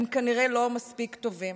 הם כנראה לא מספיק טובים.